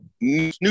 new